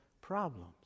problems